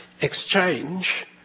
exchange